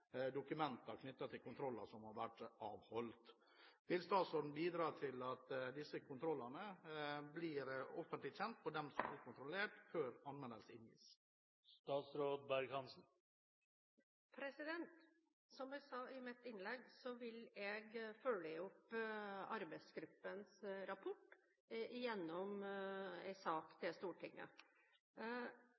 dokumenter knyttet til kontroller som har vært avholdt. Vil statsråden bidra til at disse kontrollene blir offentlig kjent for dem som blir kontrollert, før anmeldelse inngis? Som jeg sa i mitt innlegg, vil jeg følge opp arbeidsgruppens rapport gjennom en sak til